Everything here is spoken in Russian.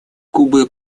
кубы